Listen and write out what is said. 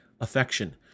affection